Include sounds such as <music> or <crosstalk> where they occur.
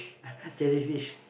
<laughs> jellyfish